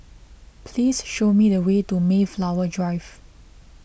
please show me the way to Mayflower Drive